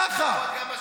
ככה.